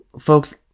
Folks